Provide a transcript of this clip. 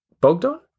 Bogdan